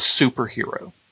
superhero